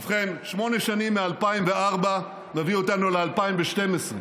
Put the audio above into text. ובכן, שמונה שנים מ-2004 מביא אותנו ל-2012,